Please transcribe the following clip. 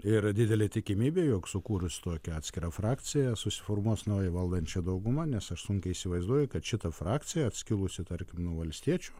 yra didelė tikimybė jog sukūrus tokią atskirą frakciją susiformuos nauja valdančia dauguma nes aš sunkiai įsivaizduoju kad šita frakcija atskilusi tarkim nuo valstiečių